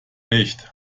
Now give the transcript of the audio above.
nicht